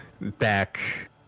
Back